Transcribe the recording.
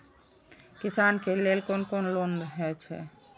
किसान के लेल कोन कोन लोन हे छे?